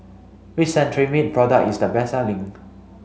which Cetrimide product is the best selling